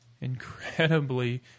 incredibly